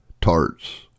tarts